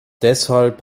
deshalb